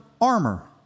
armor